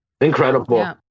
incredible